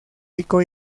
rico